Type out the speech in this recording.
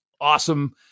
awesome